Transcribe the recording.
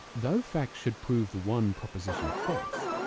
though facts should prove the one proposition false,